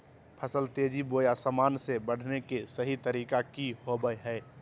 फसल तेजी बोया सामान्य से बढने के सहि तरीका कि होवय हैय?